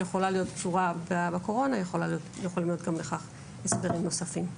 שיכולה להיות קשורה בקורונה ויכולים להיות לכך הסברים נוספים.